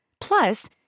Plus